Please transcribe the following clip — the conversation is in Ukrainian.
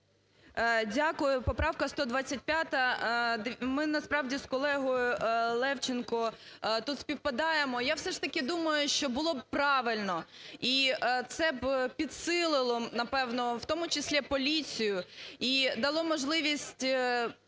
Дякую. Поправка 125. Ми насправді з колегою Левченко тут співпадаємо. Я все ж таки думаю, що було б правильн, і це б підсилило, напевне, в тому числі поліцію і дало можливість